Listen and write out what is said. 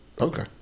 Okay